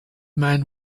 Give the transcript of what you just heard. man